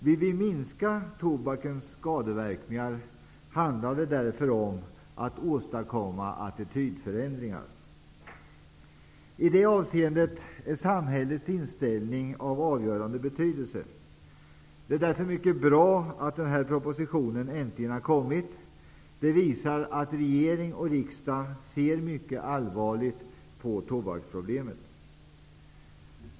Vill vi minska tobakens skadeverkningar, handlar det därför om att åstadkomma attitydförändringar. I det avseendet är samhällets inställning av avgörande betydelse. Det är därför mycket bra att den här propositionen äntligen har kommit. Det visar att regering och riksdag ser mycket allvarligt på tobaksproblemet.